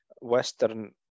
Western